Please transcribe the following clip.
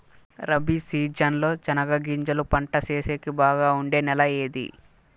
Rabi season లో చెనగగింజలు పంట సేసేకి బాగా ఉండే నెల ఏది?